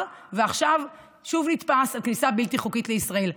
ועכשיו שוב נתפס על כניסה בלתי חוקית לישראל.